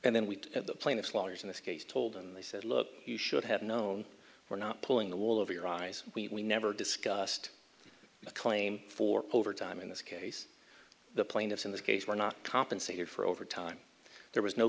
and then we at the plaintiff's lawyers in this case told and they said look you should have known we're not pulling the wool over your eyes we never discussed a claim for overtime in this case the plaintiffs in this case were not compensated for over time there was no